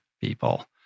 people